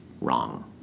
wrong